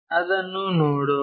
ಅದನ್ನು ನೋಡೋಣ